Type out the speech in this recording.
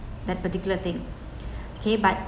that particular thing okay but